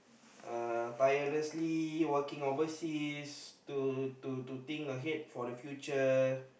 uh tirelessly working overseas to to to think ahead for the future